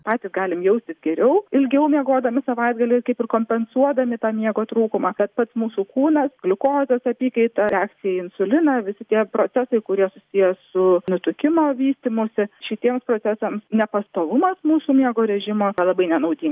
patys galim jaustis geriau ilgiau miegodami savaitgalį kaip ir kompensuodami tą miego trūkumą kad pats mūsų kūnas gliukozės apykaita reakcija į insuliną visi tie procesai kurie susiję su nutukimo vystymosi šitiems procesams nepastovumas mūsų miego režimo labai nenaudingas